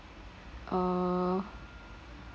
uh